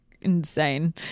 insane